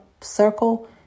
circle